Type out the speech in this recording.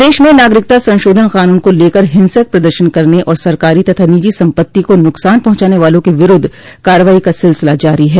प्रदेश में नागरिकता संशोधन क़ानून को लेकर हिंसक प्रदर्शन करने और सरकारी तथा निजी सम्पत्ति को नुकसान पहुंचाने वालों के विरूद्व कार्रवाई का सिलसिला जारी है